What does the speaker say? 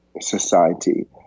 society